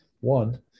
one